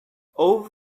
over